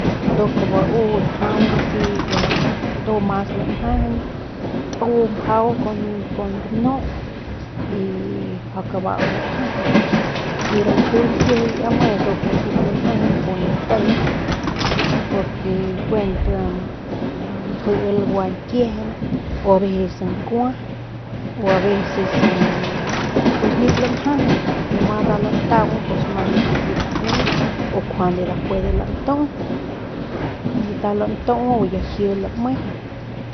Nduk bau asi ya njaung ndu mas lanjajañ t u mjau kun ganu y mjau kabau lanjajañ y ru ljiu ñkijily ndu me ndu nip lanjajañ juay ntiit porque kuent ljiil gua ñkiejen o aveces nkua o aveces nup lanjajañ ma nda lantaung pues necesita juay o kuant puede nda lantuu ya nda lantu ya nda laji lame.